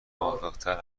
موفقتر